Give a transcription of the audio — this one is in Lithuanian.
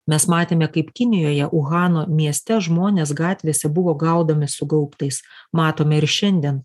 mes matėme kaip kinijoje uhano mieste žmonės gatvėse buvo gaudomi su gaubtais matome ir šiandien